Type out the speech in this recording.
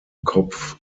kopf